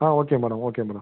ah okay madam okay madam